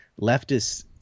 leftists